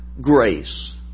grace